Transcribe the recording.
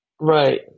Right